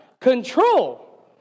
control